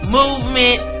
movement